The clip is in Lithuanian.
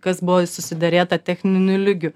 kas buvo susiderėta techniniu lygiu